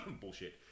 bullshit